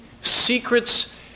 secrets